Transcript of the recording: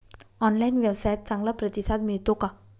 Online व्यवसायात चांगला प्रतिसाद मिळतो का?